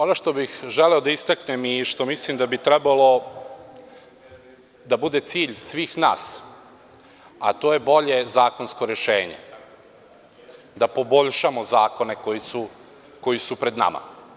Ono što bih želeo da istaknem i što mislim da bi trebalo da bude cilj svih nas, a to je bolje zakonsko rešenje, da poboljšamo zakone koji su pred nama.